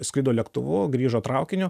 skrido lėktuvu grįžo traukiniu